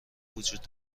وجود